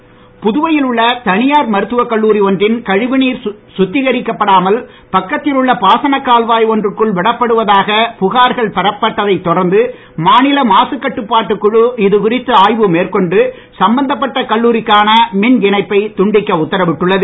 மருத்துவக் கல்லூரி புதுவையில் உள்ள தனியார் மருத்துவ கல்லூரி ஒன்றின் கழிவுநீர் சுத்திகரிக்கப்படாமல் பக்கத்தில் உள்ள பாசன கால்வாய் ஒன்றுக்குள் விடப்படுவதாக புகார்கள் பெறப்பட்டதைத் தொடர்ந்து மாநில மாசுக்கட்டுப்பாட்டுக் குழு இதுகுறித்து ஆய்வு மேற்கொண்டு சம்பந்தப்பட்ட கல்லூரிக்கான மின் இணைப்பை துண்டிக்க உத்தரவிட்டுள்ளது